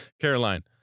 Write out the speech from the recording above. Caroline